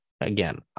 again